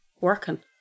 Working